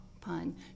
pun